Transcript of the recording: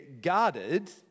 guarded